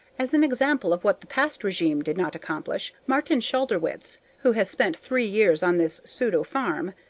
as an example of what the past regime did not accomplish, martin schladerwitz, who has spent three years on this pseudo farm,